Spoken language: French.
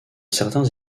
certains